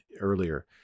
earlier